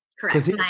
Correct